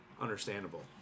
understandable